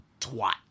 twat